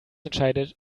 entscheidet